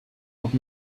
would